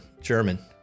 German